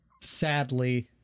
sadly